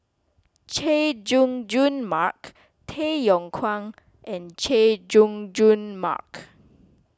Chay Jung Jun Mark Tay Yong Kwang and Chay Jung Jun Mark